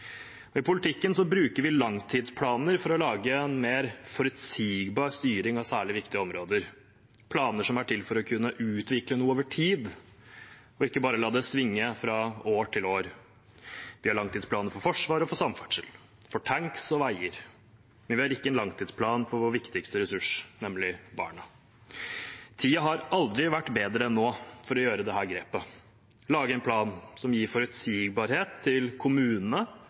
I politikken bruker vi langtidsplaner for å lage en mer forutsigbar styring av særlig viktige områder. Det er planer som er til for å kunne utvikle noe over tid og ikke bare la det svinge fra år til år. Vi har langtidsplaner for Forsvaret og for samferdsel, for tanks og veier, men vi har ikke en langtidsplan for vår viktigste ressurs, nemlig barna. Tiden har aldri vært bedre enn nå for å gjøre dette grepet og lage en plan som gir forutsigbarhet til kommunene,